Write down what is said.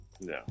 No